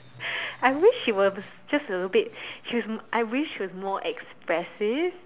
I wish she's was just a little bit she was I wish she was more expressive